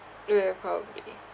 ya probably